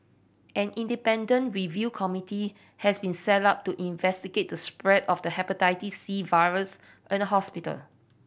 an independent review committee has been set up to investigate the spread of the Hepatitis C virus in the hospital